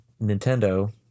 Nintendo